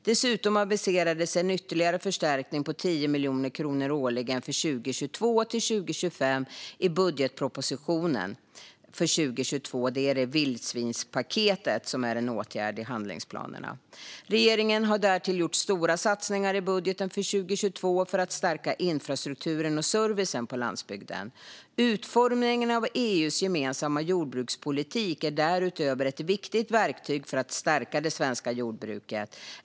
Dessutom aviserades en ytterligare förstärkning på 10 miljoner kronor årligen för 2022-2025 i budgetpropositionen för 2022 till vildsvinspaketet, som är en åtgärd i handlingsplanerna. Regeringen har därtill gjort stora satsningar i budgeten för 2022 för att stärka infrastrukturen och servicen på landsbygden. Utformningen av EU:s gemensamma jordbrukspolitik är därutöver ett viktigt verktyg för att stärka det svenska jordbruket.